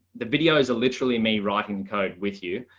the videos are literally me writing code with you.